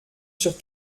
sur